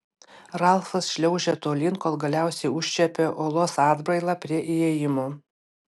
ralfas šliaužė tolyn kol galiausiai užčiuopė uolos atbrailą prie įėjimo